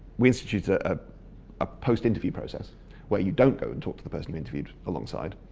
instituted ah a post interview process where you don't go and talk to the person interviewed alongside,